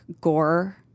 gore